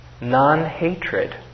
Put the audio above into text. Non-hatred